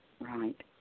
Right